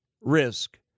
risk